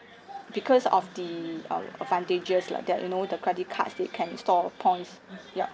because of the uh advantages like that you know the credit cards they can in store uh points yup